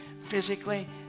physically